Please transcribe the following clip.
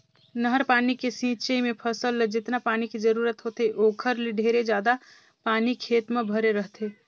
नहर पानी के सिंचई मे फसल ल जेतना पानी के जरूरत होथे ओखर ले ढेरे जादा पानी खेत म भरे रहथे